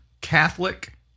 Catholic